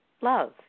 love